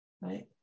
right